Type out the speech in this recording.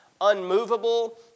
unmovable